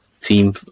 team